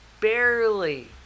barely